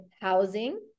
housing